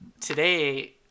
today